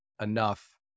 enough